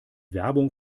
werbung